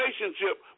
relationship